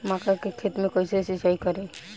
मका के खेत मे कैसे सिचाई करी?